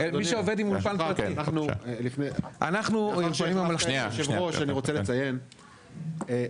אדוני היו"ר אני רוצה לציין,